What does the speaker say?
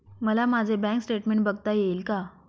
मला माझे bank statement बघता येईल का?